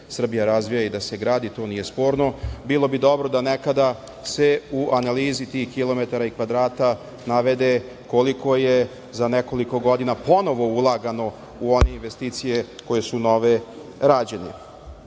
da se Srbija razvija i da se gradi to nije sporno bilo bi dobro da nekada se u analizi tih kilometara i kvadrata navede koliko je za nekoliko godina ponovo ulagano u one investicije koje su nove rađeni? Sa